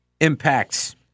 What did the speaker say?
impacts